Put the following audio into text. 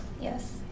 Yes